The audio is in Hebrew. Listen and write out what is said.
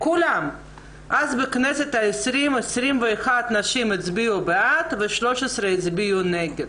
אז, 21 נשים הצביעו בעד, ו-13 הצביעו נגד.